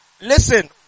Listen